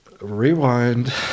rewind